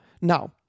Now